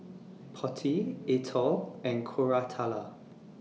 Potti Atal and Koratala